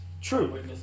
true